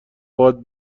باهات